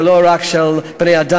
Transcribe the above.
זה לא רק של בני-אדם,